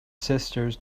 sisters